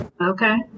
Okay